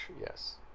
yes